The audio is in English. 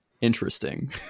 interesting